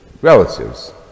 relatives